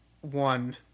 one